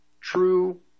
true